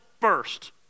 first